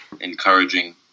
encouraging